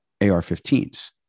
AR-15s